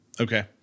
Okay